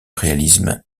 réalisme